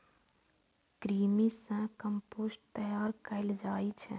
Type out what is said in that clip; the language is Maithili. कृमि सं कंपोस्ट तैयार कैल जाइ छै